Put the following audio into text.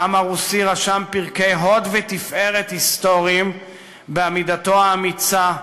העם הרוסי רשם פרקי הוד ותפארת היסטוריים בעמידתו האמיצה,